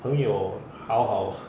朋友 how